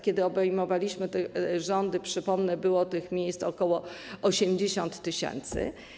Kiedy obejmowaliśmy rządy, przypomnę, było tych miejsc ok. 80 tys.